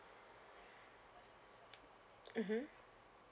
mmhmm